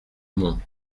monts